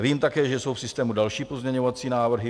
Vím také, že jsou v systému další pozměňovací návrhy.